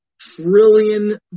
trillion